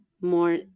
more